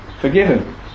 forgiven